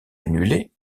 annulé